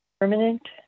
Permanent